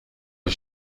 you